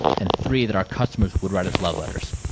and three. that our customers would write us love letters.